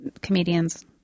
comedians